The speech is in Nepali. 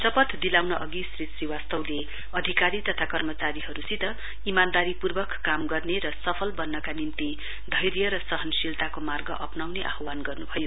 शपथ दिलाउन अघि श्री श्रीवास्तवले अधिकारी तथा कर्मतारीहरूसित इमानदारीपूर्वक काम गर्ने र सफल बन्नका निमति धैर्य र सहनशीलताको मार्ग अप्राउने आह्वान गर्नुभयो